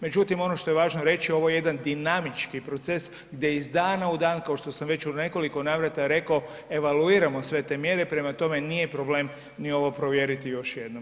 Međutim, ono što je važno reći, ovo je jedan dinamički proces gdje iz dana u dan, kao što sam već u nekoliko navrata rekao, evaluiramo sve te mjere, prema tome nije problem ni ovo provjeriti još jednom.